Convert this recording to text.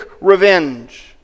revenge